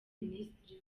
minisitiri